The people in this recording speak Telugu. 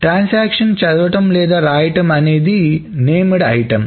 ట్రాన్సాక్షన్ చదవడం లేదా రాయడం అనేది నేమ్డ్ ఐటమ్